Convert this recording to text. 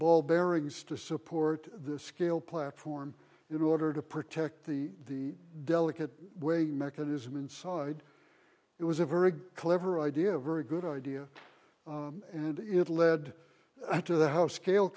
ball bearings to support the scale platform in order to protect the delicate way mechanism inside it was a very clever idea a very good idea and it led to the house scale